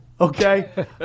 Okay